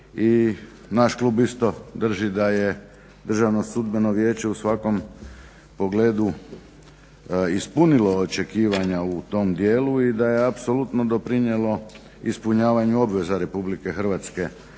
naš klub isto drži da je Državnom sudbenom vijeće u svakom pogledu ispunilo očekivanja u tom dijelu i da je apsolutno doprinijelo ispunjavanju obveza RH za